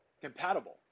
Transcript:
compatible